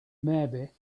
maybe